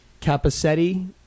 Capacetti